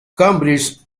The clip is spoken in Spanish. cambridge